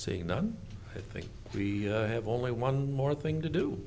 saying done i think we have only one more thing to do